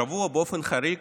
השבוע, באופן חריג,